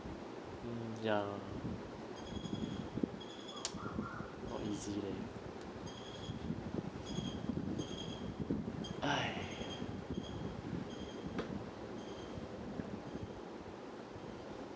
mm ya not easy leh !hais!